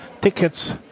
tickets